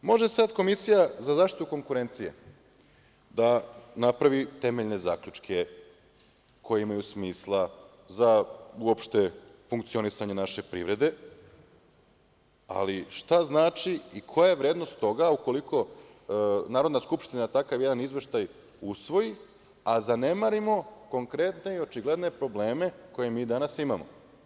Može sad Komisija za zaštitu konkurencije da napravi temeljne zaključke koji imaju smisla za uopšte funkcionisanje naše privrede, ali šta znači i koja je vrednost toga ukoliko Narodna skupština takav jedan izveštaj usvoji, a zanemarimo konkretne i očigledne probleme koje mi danas imamo.